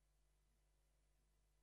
בו?